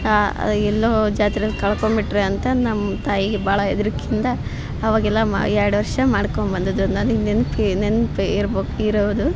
ಆ ಎಲ್ಲೋ ಜಾತ್ರೆಲಿ ಕಳ್ಕೊಂಬಿಟ್ಟರೆ ಅಂತ ನಮ್ಮ ತಾಯಿಗೆ ಬಾಳ ಹೆದ್ರಿಕಿಯಿಂದ ಅವಾಗೆಲ್ಲ ಮಾ ಎರಡು ವರ್ಷ ಮಾಡ್ಕೊಂಬಂದಿದರ ನನಗೆ ನೆನಪು ಇ ನೆನಪು ಇರ್ಬ ಇರೋದು